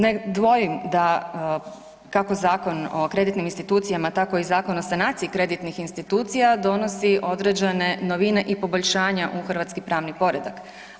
Ne dvojim da, kako Zakon o kreditnim institucijama, tako i Zakon o sanaciji kreditnih institucija donosi određene novine i poboljšanja u hrvatski pravni poredak.